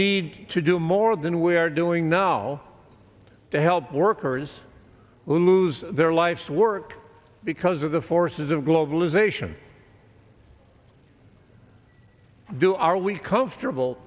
need to do more than we are doing now to help workers who lose their life's work because of the forces of globalization do are we comfortable